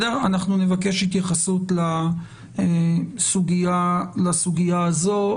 אנחנו נבקש התייחסות לסוגיה הזו.